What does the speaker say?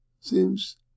seems